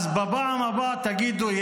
בפעם הבאה תגידו,